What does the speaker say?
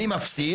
מי מפסיד,